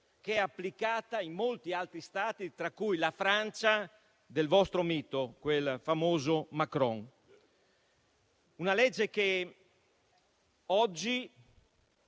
ma è applicata in molti altri Stati, tra cui la Francia del vostro mito, quel famoso Macron. Questa legge rivede i